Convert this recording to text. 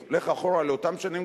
לך אחורה לאותן שנים,